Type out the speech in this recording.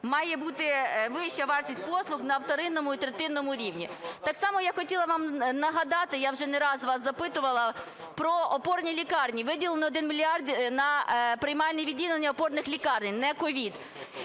має бути вища вартість послуг на вторинному і третинному рівні? Так само я хотіла вам нагадати, я вже не раз вас запитувала, про опорні лікарні. Виділено 1 мільярд на приймальні відділення опорних лікарень, не COVID.